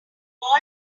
wall